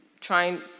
trying